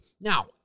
Now